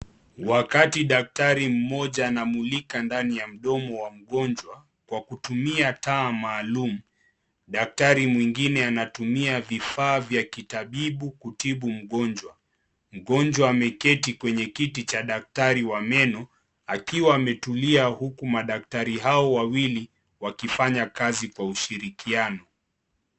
Wakati daktari mmoja anamulika ndani ya mdomo wa mgonjwa kwa kutumia taa maalum, daktari mwingine anatumia vifaa vya kitabibu kutibu mgonjwa. Mgojwa ameketi kwenye kiti cha daktari wa meno akiwa ametulia huku madaktari hao wawili wakifanya kazi kwa ushirikiano.